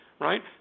right